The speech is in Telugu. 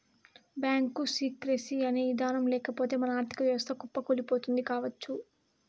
బ్యాంకు సీక్రెసీ అనే ఇదానం లేకపోతె మన ఆర్ధిక వ్యవస్థ కుప్పకూలిపోతుంది కావచ్చు